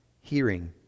Hearing